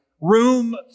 room